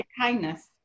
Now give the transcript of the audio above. kindness